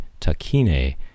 Takine